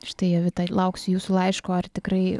štai jovita lauksiu jūsų laiško ar tikrai